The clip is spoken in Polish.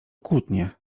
kłótnie